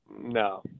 no